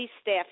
staff